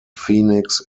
phoenix